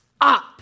up